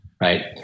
Right